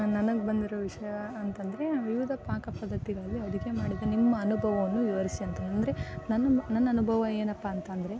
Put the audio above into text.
ನನಗೆ ಬಂದಿರೋ ವಿಷಯ ಅಂತ ಅಂದ್ರೆ ವಿವಿಧ ಪಾಕ ಪದ್ಧತಿಗಳಲ್ಲಿ ಅಡುಗೆ ಮಾಡಿದ ನಿಮ್ಮ ಅನುಭವವನ್ನು ವಿವರಿಸಿ ಅಂತ ಅಂದರೆ ನನ್ನ ನನ್ನ ಅನುಭವ ಏನಪ್ಪ ಅಂತ ಅಂದ್ರೆ